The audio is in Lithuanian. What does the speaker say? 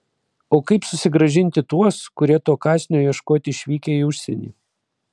o kaip susigrąžinti tuos kurie to kąsnio ieškoti išvykę į užsienį